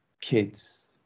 Kids